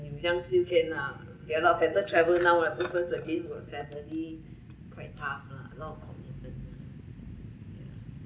you young still can lah ya loh better travel now lah because once again got family quite tough lah a lot of commitment ya